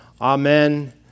Amen